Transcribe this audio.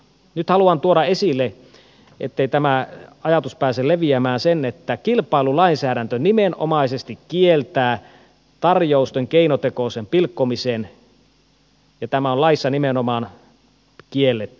nyt haluan tuoda esille ettei tämä ajatus pääse leviämään sen että kilpailulainsäädäntö nimenomaisesti kieltää tarjousten keinotekoisen pilkkomisen tämä on laissa nimenomaan kielletty